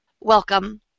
Welcome